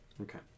okay